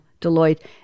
Deloitte